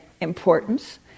importance